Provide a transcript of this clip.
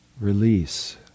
Release